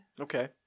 okay